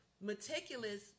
meticulous